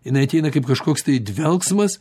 jinai ateina kaip kažkoks tai dvelksmas